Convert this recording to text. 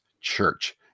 church